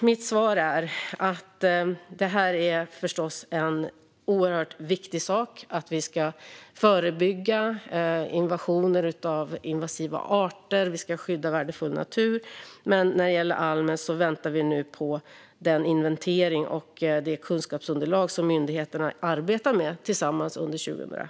Mitt svar är alltså att det naturligtvis är oerhört viktigt att förebygga invasioner av invasiva arter och att skydda värdefull natur, men när det gäller almen väntar vi nu på den inventering och det kunskapsunderlag som myndigheterna arbetar tillsammans med under 2020.